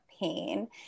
pain